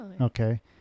Okay